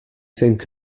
think